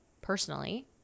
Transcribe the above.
personally